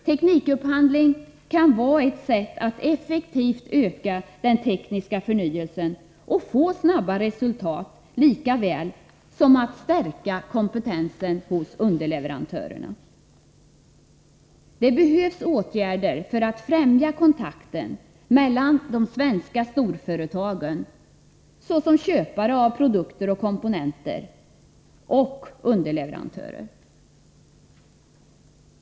Teknikupphandling kan vara ett sätt att effektivt öka den tekniska förnyelsen och få snabba resultat, lika väl som att stärka kompetensen hos underleverantörerna. Det behövs åtgärder för att främja kontakten mellan de svenska storföretagen såsom köpare av produkter och komponenter och underleverantörerna.